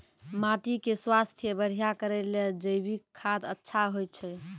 माटी के स्वास्थ्य बढ़िया करै ले जैविक खाद अच्छा होय छै?